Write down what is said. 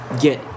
get